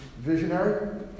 visionary